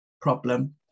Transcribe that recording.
problem